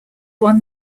one